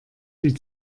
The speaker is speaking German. die